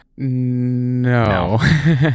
no